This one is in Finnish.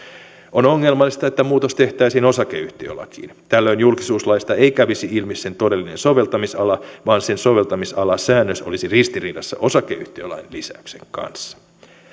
on ongelmallista että muutos tehtäisiin osakeyhtiölakiin tällöin julkisuuslaista ei kävisi ilmi sen todellinen soveltamisala vaan sen soveltamisalasäännös olisi ristiriidassa osakeyhtiölain lisäyksen kanssa